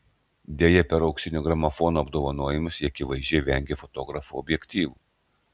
deja per auksinio gramofono apdovanojimus ji akivaizdžiai vengė fotografų objektyvų